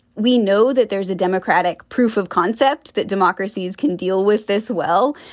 we know that there is a democratic proof of concept that democracies can deal with this well.